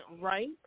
right